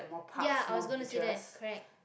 ya i was gonna say that correct